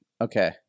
Okay